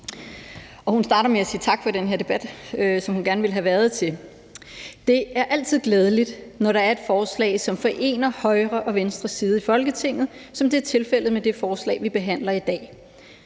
Hun starter med at sige tak for den her debat, som hun gerne ville have været med til. Det er altid glædeligt, når der er et forslag, som forener højre og venstre side i Folketinget, som det er tilfældet med det forslag, vi behandler i dag.